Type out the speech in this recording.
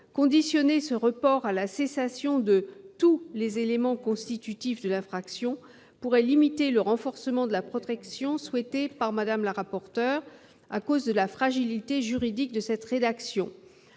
conditionner ce report à la cessation de tous les éléments constitutifs de l'infraction pourrait limiter le renforcement de la protection souhaitée par Mme la rapporteur à cause de la fragilité juridique de cette rédaction.